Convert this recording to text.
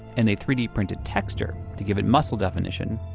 and they three d printed texture to give it muscle definition,